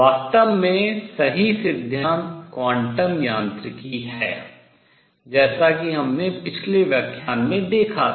वास्तव में सही सिद्धांत क्वांटम यांत्रिकी है जैसा कि हमने पिछले व्याख्यान में देखा था